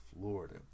Florida